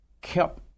kept